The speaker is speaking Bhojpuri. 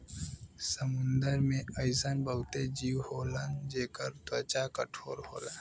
समुंदर में अइसन बहुते जीव होलन जेकर त्वचा कठोर होला